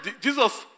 Jesus